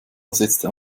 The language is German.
ersetzte